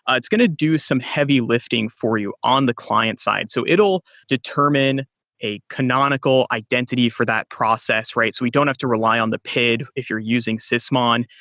ah it's going to do some heavy lifting for you on the client side. so it'll determine a canonical identity for that process. we don't have to rely on the pid if you're using sysmon.